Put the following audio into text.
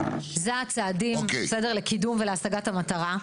אלה הצעדים לקידום ולהשגת המטרה.